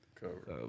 cover